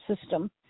system